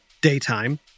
daytime